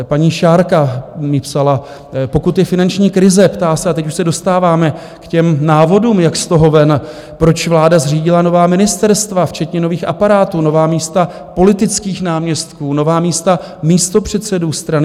Paní Šárka mi psala: Pokud je finanční krize, ptá se, a teď už se dostáváme k těm návodům, jak z toho ven, proč vláda zřídila nová ministerstva včetně nových aparátů, nová místa politických náměstků, nová místa místopředsedů strany?